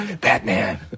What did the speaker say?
Batman